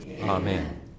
Amen